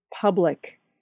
public